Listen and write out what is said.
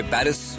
Paris